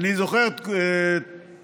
אני זוכר את הדבש,